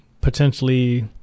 potentially